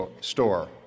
store